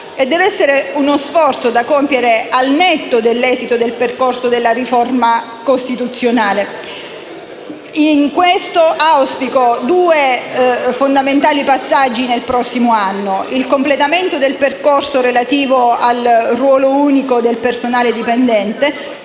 E deve essere uno sforzo da compiere al netto dell'esito del percorso della riforma costituzionale. In questo auspico due fondamentali passaggi nel prossimo anno: il completamento del percorso relativo al ruolo unico del personale dipendente